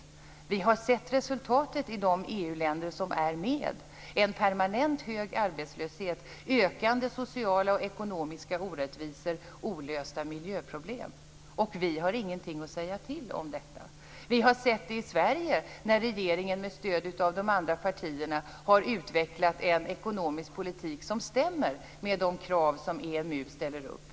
Vi har sett resultatet i de EU-länder som är med: en permanent hög arbetslöshet, ökande sociala och ekonomiska orättvisor, olösta miljöproblem. Och vi har ingenting att säga till om. Vi har sett det i Sverige när regeringen med stöd av de andra partierna har utvecklat en ekonomisk politik som stämmer med de krav som EMU ställer upp.